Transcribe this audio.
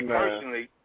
personally